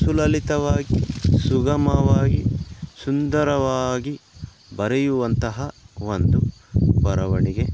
ಸುಲಲಿತವಾಗಿ ಸುಗಮವಾಗಿ ಸುಂದರವಾಗಿ ಬರೆಯುವಂತಹ ಒಂದು ಬರವಣಿಗೆ